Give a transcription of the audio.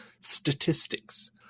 statistics